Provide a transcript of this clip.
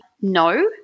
no